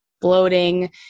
bloating